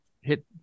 hit